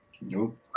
nope